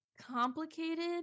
complicated